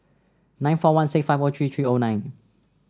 nine four one six five O three three O nine